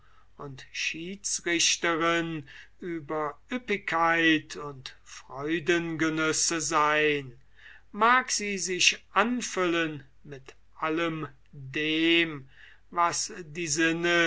und schiedsrichterin über ueppigkeit und freudengenüsse sein mag sie sich anfüllen mit allem dem was die sinne